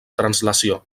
translació